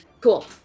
Cool